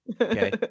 okay